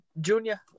junior